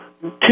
two